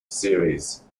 series